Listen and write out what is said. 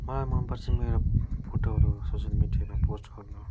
मलाई मनपर्छ मेरो फोटोहरू सोसियल मिडियामा पोस्ट गर्नु